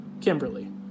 Kimberly